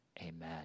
amen